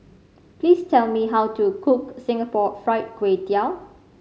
please tell me how to cook Singapore Fried Kway Tiao